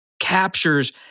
captures